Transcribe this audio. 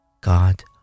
God